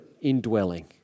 indwelling